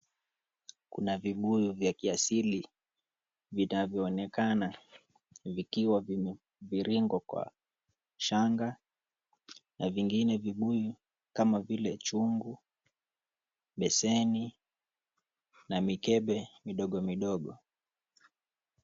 Kuna vibuyu vya kiasili vinavyoonekana vikiwa vimeviringwa kwa shanga na vingine vibuyu kama vile chungu, beseni na mikebe midogo midogo.